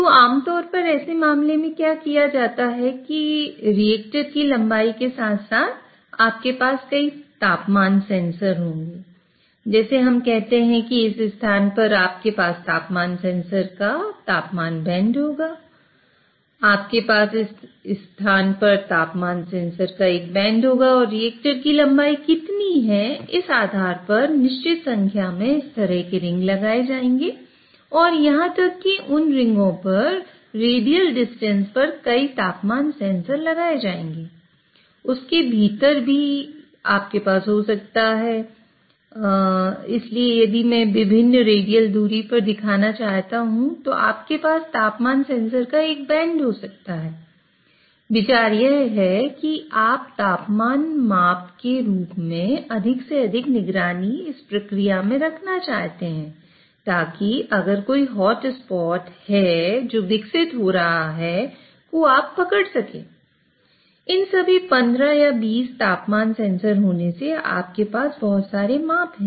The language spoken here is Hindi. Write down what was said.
तो आमतौर पर ऐसे मामले में क्या किया जाता है कि रिएक्टर की लंबाई के साथ साथ आपके पास कई तापमान सेंसर होने से आपके पास बहुत सारे माप हैं